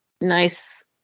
nice